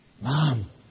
Mom